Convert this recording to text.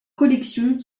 collections